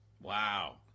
Wow